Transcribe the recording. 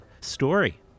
story